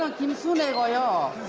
um kim soonae. i ah